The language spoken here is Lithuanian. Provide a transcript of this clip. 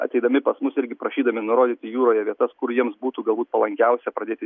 ateidami pas mus irgi prašydami nurodyti jūroje vietas kur jiems būtų galbūt palankiausia pradėti